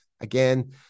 again